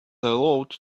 load